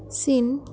চীন